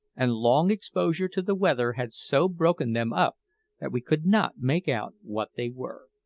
and long exposure to the weather had so broken them up that we could not make out what they were.